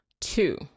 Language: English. two